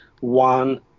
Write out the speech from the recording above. one